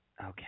Okay